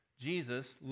Jesus